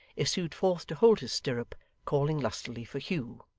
issued forth to hold his stirrup calling lustily for hugh.